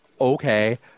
okay